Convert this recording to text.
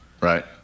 right